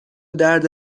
درد